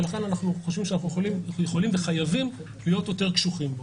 ולכן אנחנו חושבים שאנחנו יכולים וחייבים להיות יותר קשוחים.